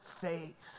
faith